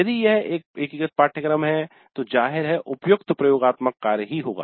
यदि यह एक एकीकृत पाठ्यक्रम है तो जाहिर है उपयुक्त प्रयोगात्मक कार्य ही होगा